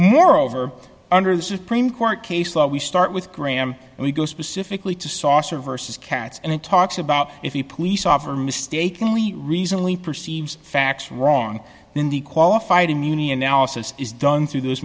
moreover under the supreme court case law we start with graham and we go specifically to saucer vs cats and it talks about if you police officer mistakenly reasonably perceives facts wrong in the qualified immunity analysis is done through those